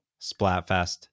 Splatfest